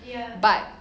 but